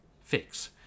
fix